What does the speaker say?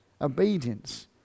obedience